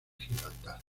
gibraltar